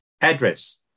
address